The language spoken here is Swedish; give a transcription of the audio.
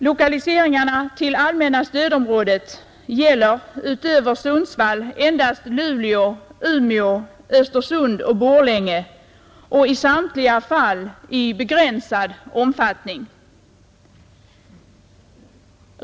Lokaliseringarna till allmänna stödområdet gäller utöver Sundsvall endast Luleå, Umeå, Östersund och Borlänge och i samtliga fall i begränsad omfattning.